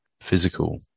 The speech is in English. physical